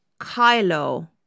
Kylo